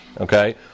okay